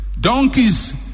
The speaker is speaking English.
Donkeys